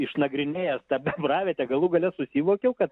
išnagrinėjęs tą bebravietę galų gale susivokiau kad